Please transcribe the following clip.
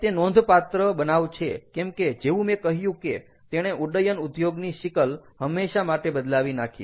અને તે નોંધપાત્ર બનાવ છે કેમ કે જેવું મેં કહ્યું કે તેણે ઉડ્ડયન ઉદ્યોગની સિકલ હંમેશા માટે બદલાવી નાખી